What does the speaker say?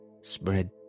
spread